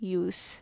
use